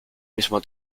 mismo